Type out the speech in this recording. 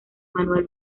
manuel